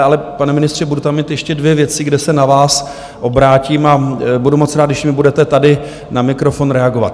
Ale pane ministře, budu tam mít ještě dvě věci, kde se na vás obrátím, a budu moc rád, když mi budete tady na mikrofon reagovat.